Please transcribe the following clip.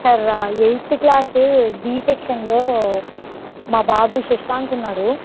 sir eighth class B సెక్షన్లో మా బాబు శశాంక్ ఉన్నాడు